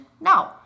No